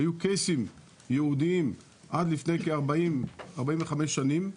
והיו קייסים יהודיים עד לפני כ-40-45 שנים,